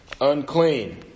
unclean